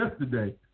yesterday